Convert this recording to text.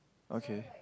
okay